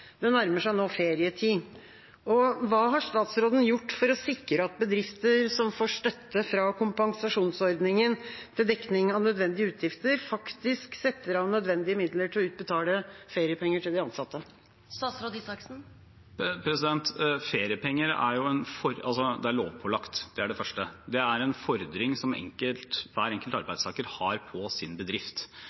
Det nærmer seg nå ferietid. Hva har statsråden gjort for å sikre at bedrifter som får støtte fra kompensasjonsordningen til dekning av nødvendige utgifter, faktisk setter av nødvendige midler til å utbetale feriepenger til de ansatte? Feriepenger er lovpålagt – det er det første. Det er en fordring som hver enkelt arbeidstaker har på sin bedrift.